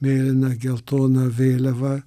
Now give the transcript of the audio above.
mėlyna geltona vėliava